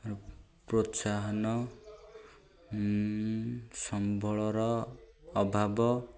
ପ୍ରୋତ୍ସାହନ ସମ୍ବଳର ଅଭାବ